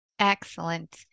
Excellent